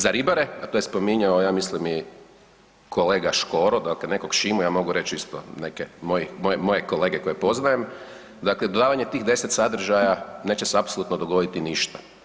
Za ribare, a to je spominjao ja mislim i kolega Škoro, dakle nekog Šimu ja mogu reći isto neke, moje, moje kolege koje poznajem, dakle dodavanje tih 10 sadržaja neće se apsolutno dogoditi ništa.